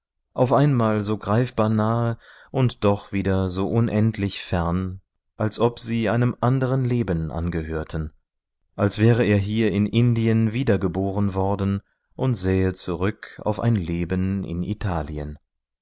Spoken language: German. auf einmal so greifbar nahe und doch wieder so unendlich fern als ob sie einem anderen leben angehörten als wäre er hier in indien wiedergeboren worden und sähe zurück auf ein leben in italien